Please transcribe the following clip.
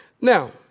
Now